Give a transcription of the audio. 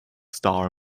star